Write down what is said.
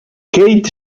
keith